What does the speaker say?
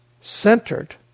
centered